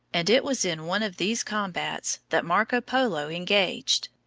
and it was in one of these combats that marco polo engaged.